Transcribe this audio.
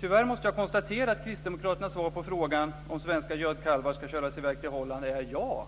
Tyvärr måste jag konstatera att kristdemokraternas svar på frågan om svenska gödkalvar ska köras i väg till Holland är ja.